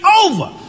over